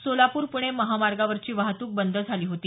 सोलापूर पुणे महामार्गावरची वाहतूकही बंद होती